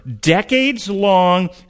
decades-long